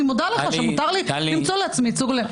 אני מודה לך שמותר לי למצוא לעצמי ייצוג הולם.